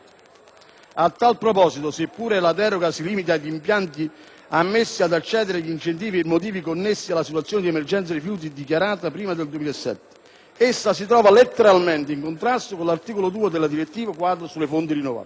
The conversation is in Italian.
A tale proposito, seppur la deroga si limita agli impianti ammessi ad accedere agli incentivi per motivi connessi alla situazione di emergenza rifiuti dichiarata prima del 2007, essa si trova letteralmente in contrasto con l'articolo 2 della direttiva quadro sulle fonti rinnovabili.